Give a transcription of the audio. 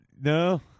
no